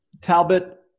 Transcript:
Talbot